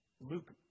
Luke